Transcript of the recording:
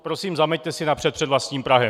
Prosím, zameťte si napřed před vlastním prahem!